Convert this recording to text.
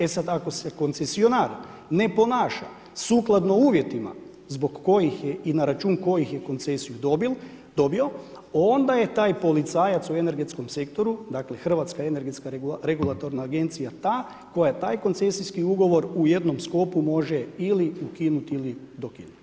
E sada ako se koncesionar ne ponaša sukladno uvjetima zbog kojih je i na račun kojih je koncesiju dobio, onda je taj policajac u energetskom sektoru, dakle Hrvatska energetska regulatorna agencija ta koja taj koncesijski ugovor u jednom sklopu može ili ukinuti ili dokinuti.